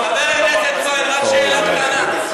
חבר הכנסת כהן, רק שאלה קטנה.